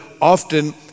often